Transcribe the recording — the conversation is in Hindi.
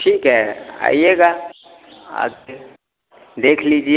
ठीक है आइएगा आकर देख लीजिए